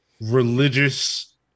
religious